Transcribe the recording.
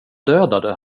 dödade